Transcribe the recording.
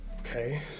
Okay